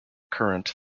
current